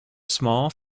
small